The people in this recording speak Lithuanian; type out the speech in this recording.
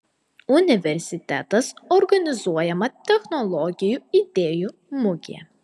universitetas organizuojama technologijų idėjų mugė